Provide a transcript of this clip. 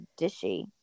Dishy